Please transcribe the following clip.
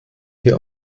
hier